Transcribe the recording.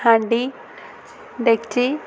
ହାଣ୍ଡି ଡେକ୍ଚି